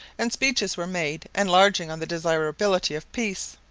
and speeches were made enlarging on the desirability of peace.